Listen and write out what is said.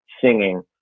singing